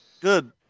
Good